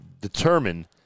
determine